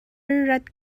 rat